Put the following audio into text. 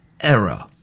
error